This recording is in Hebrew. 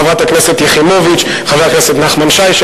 חברת הכנסת יחימוביץ וחבר הכנסת נחמן שי,